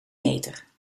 meter